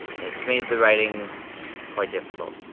it's made the writing quite difficult.